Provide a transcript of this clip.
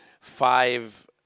Five